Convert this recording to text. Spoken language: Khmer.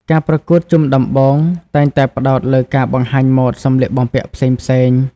ការប្រកួតជុំដំបូងតែងតែផ្តោតលើការបង្ហាញម៉ូដសម្លៀកបំពាក់ផ្សេងៗ។